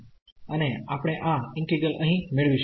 અને આપણે આ ઈન્ટિગ્રલઅહીં મેળવીશું